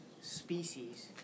species